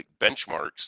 benchmarks